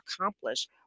accomplish